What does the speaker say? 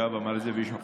יואב אמר את זה בשמך,